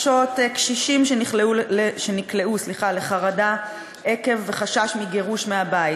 קשישים שנקלעו לחרדה עקב חשש מגירוש מהבית,